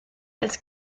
als